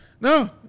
No